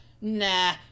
Nah